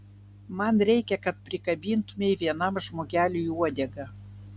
man reikia kad prikabintumei vienam žmogeliui uodegą